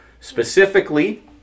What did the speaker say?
specifically